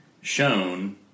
shown